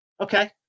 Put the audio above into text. Okay